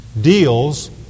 deals